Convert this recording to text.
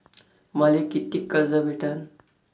मले कितीक कर्ज भेटन?